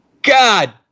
God